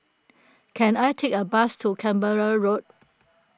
can I take a bus to Canberra Road